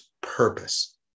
purpose